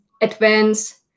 advance